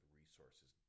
resources